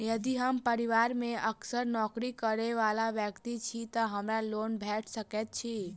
यदि हम परिवार मे असगर नौकरी करै वला व्यक्ति छी तऽ हमरा लोन भेट सकैत अछि?